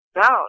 no